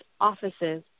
offices